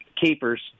Keepers